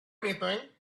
anything